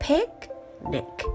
Picnic